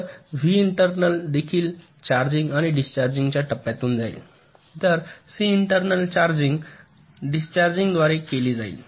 तरव्ही internal देखील charging आणि डिस्चार्जिंगच्या टप्प्यातून जाईल तर सी इंटर्नल चार्जिंग डिस्चार्जिंगद्वारे देखील जाईल